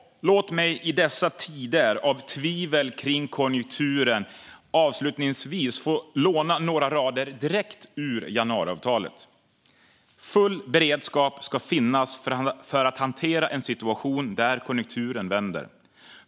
Låt mig i dessa tider av tvivel kring konjunkturen avslutningsvis få låna några rader direkt ur januariavtalet: Full beredskap ska finnas för att hantera en situation där konjunkturen vänder.